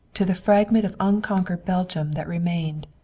to the fragment of unconquered belgium that remained.